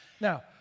Now